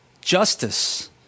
justice